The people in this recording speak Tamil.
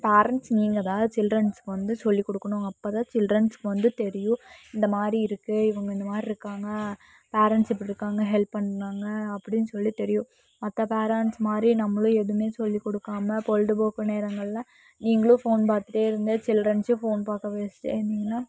பேரெண்ட்ஸ் நீங்கதான் சில்ட்ரன்ஸுக்கு வந்து சொல்லி கொடுக்கணும் அப்போதான் சில்ட்ரன்ஸுக்கு வந்து தெரியும் இந்தமாதிரி இருக்குது இவங்க இந்தமாதிரி இருக்காங்க பேரண்ட்ஸ் இப்படி இருக்காங்க ஹெல்ப் பண்ணிணாங்க அப்படின்னு சொல்லி தெரியும் மற்ற பேரெண்ட்ஸ் மாதிரி நம்மளும் எதுவுமே சொல்லி கொடுக்காம பொழுதுபோக்கு நேரங்களில் நீங்களும் ஃபோன் பார்த்துட்டே இருந்தால் சில்ட்ரன்ஸ்சையும் ஃபோன் பார்க்க வெச்சுட்டே இருந்தீங்கனால்